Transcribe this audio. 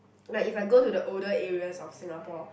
like if I go to the older areas of Singapore